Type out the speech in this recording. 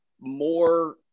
more